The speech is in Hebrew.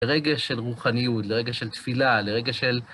לרגע של רוחניות, לרגע של תפילה, לרגע של...